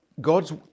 God's